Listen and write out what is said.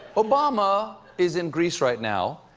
obama is in greece right now.